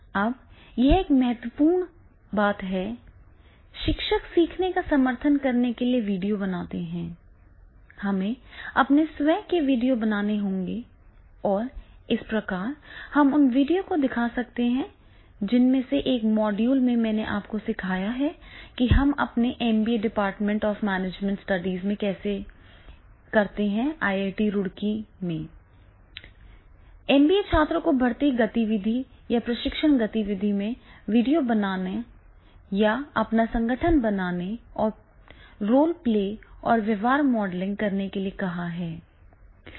अब यह एक महत्वपूर्ण बिंदु है शिक्षक सीखने का समर्थन करने के लिए वीडियो बनाते हैं हमें अपने स्वयं के वीडियो बनाने होंगे और इस प्रकार हम उन वीडियो को दिखा सकते हैं जिनमें से एक मॉड्यूल में मैंने आपको दिखाया है कि हम अपने MBA department of management studies में कैसे हैं IIT रुड़की ने MBA छात्रों को भर्ती गतिविधि या प्रशिक्षण गतिविधि में वीडियो बनाने या अपना संगठन बनाने और रोल प्ले और व्यवहार मॉडलिंग करने के लिए कहा है